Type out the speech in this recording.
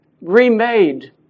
remade